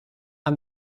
and